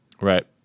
Right